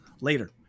Later